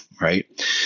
right